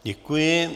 Děkuji.